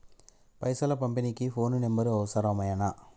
పైసలు పంపనీకి phone number అవసరమేనా?